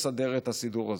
הסידור הזה.